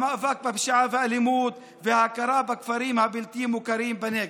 המאבק בפשיעה ואלימות והכרה בכפרים הבלתי-מוכרים בנגב.